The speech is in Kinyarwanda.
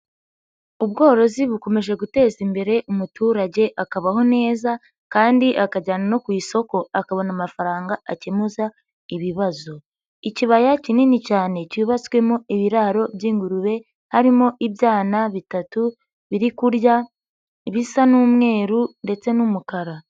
Ubworozi bukomeje guteza imbere umuturage akabaho neza kandi akajyana no ku isoko akabona amafaranga akemuza ibibazo. Ikibaya kinini cyane cyubatswemo ibiraro by'ingurube, harimo ibyana bitatu biri kurya, bisa n'umweru ndetse n'umukara.